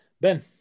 Ben